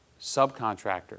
subcontractor